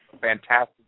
Fantastic